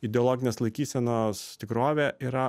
ideologinės laikysenos tikrovė yra